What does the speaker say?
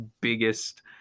biggest